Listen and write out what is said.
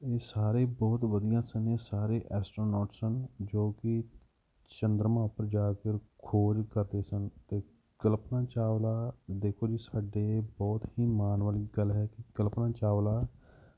ਇਹ ਸਾਰੇ ਬਹੁਤ ਵਧੀਆ ਸਨ ਸਾਰੇ ਐਸਟਰੋਨੋਟ ਸਨ ਜੋ ਕਿ ਚੰਦਰਮਾ ਉੱਪਰ ਜਾਕਰ ਖੋਜ ਕਰਦੇ ਸਨ ਅਤੇ ਕਲਪਨਾ ਚਾਵਲਾ ਦੇਖੋ ਜੀ ਸਾਡੇ ਬਹੁਤ ਹੀ ਮਾਣ ਵਾਲੀ ਗੱਲ ਹੈ ਕਿ ਕਲਪਨਾ ਚਾਵਲਾ